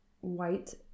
white